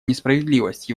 несправедливость